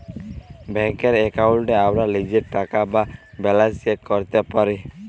ব্যাংকের এক্কাউন্টে আমরা লীজের টাকা বা ব্যালান্স চ্যাক ক্যরতে পারি